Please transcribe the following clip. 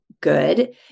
good